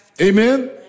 Amen